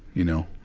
you know?